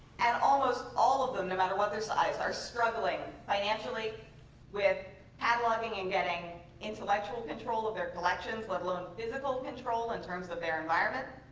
and almost all of them, no matter what their size, are struggling financially with cataloging and getting intellectual control of their collections, let alone physical control in terms of their environment.